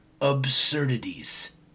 absurdities